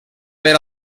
per